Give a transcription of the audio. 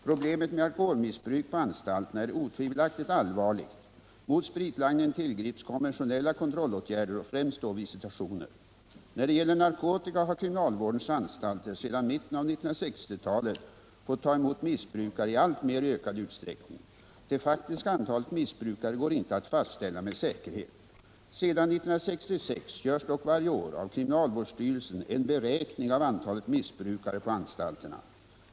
Problemet med alkoholmissbruk på anstalterna är otvivelaktigt allvarligt. Mot spritlangningen tillgrips konventionella kontrollåtgärder och främst då visitationer. När det gäller narkotika har kriminalvårdens anstalter sedan mitten av 1960-talet fått ta emot missbrukare i alltmer ökad utsträckning. Det faktiska antalet missbrukare går inte att fastställa med säkerhet. Sedan 1966 görs dock varje år av kriminalvårdsstyrelsen en beräkning av antalet missbrukare på anstalterna.